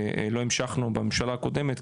לא המשכנו בממשלה הקודמת,